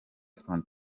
stone